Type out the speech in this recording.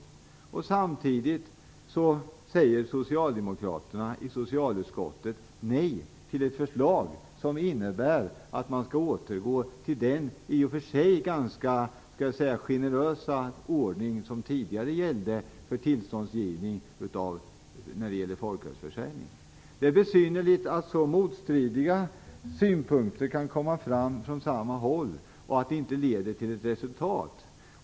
Jag tycker att det är märkligt att socialdemokraterna i socialutskottet samtidigt säger nej till ett förslag som innebär en återgång till den i och för sig ganska generösa ordning som tidigare gällde för tillståndsgivning när det gäller folkölsförsäljning. Det är besynnerligt att så motstridiga synpunkter kan komma fram från samma håll, och att det inte leder till ett resultat.